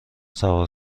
سوار